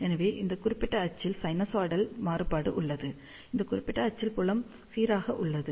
எனவே இந்த குறிப்பிட்ட அச்சில் சைனூசாய்டல் மாறுபாடு உள்ளது இந்த குறிப்பிட்ட அச்சில் புலம் சீராக உள்ளது